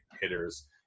hitters